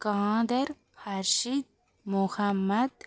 Kader Harshit Mohammed